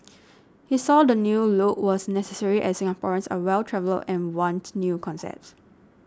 he says the new look was necessary as Singaporeans are well travelled and want new concepts